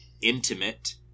intimate